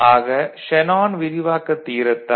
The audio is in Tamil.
ஆக ஷேனான் விரிவாக்கத் தியரத்தால்